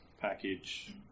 package